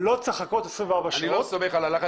לא צריך לחכות 24 שעות --- אני לא סומך על הלחץ